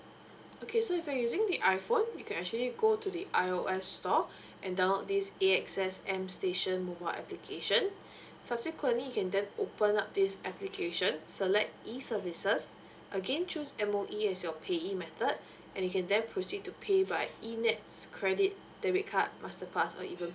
okay so if you're using the iphone you can actually go to the ios store and download this AXS m station mobile application subsequently you can then open up this application select e services again choose M_O_E as your payee method and you can then proceed to pay via e N_E_T_S credit debit card masterpass or even